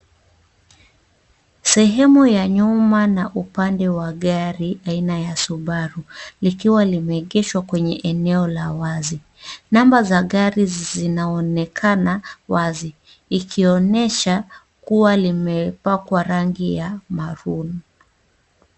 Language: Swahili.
Sehemu ya nyuma na upande wa gari aina ya Subaru, likiwa limeegeshwa kwenye eneo la wazi. Mamba za gari zinaonekana wazi. Ikionyesha kuwa limepakwa rangi ya maroon.